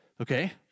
Okay